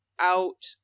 out